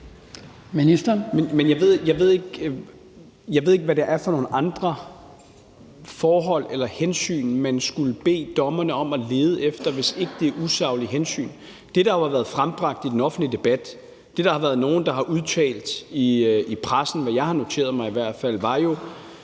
Jeg ved ikke, hvad det er for nogle andre forhold eller hensyn, man skulle bede dommerne om at lede efter, hvis ikke det er usaglige hensyn. Det, der jo har været frembragt i den offentlige debat, og det, der er nogen, der har udtalt i pressen, hvilket jeg i hvert fald har